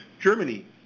Germany